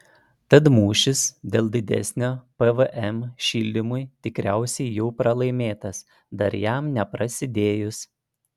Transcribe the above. tad mūšis dėl didesnio pvm šildymui tikriausiai jau pralaimėtas dar jam neprasidėjus